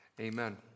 amen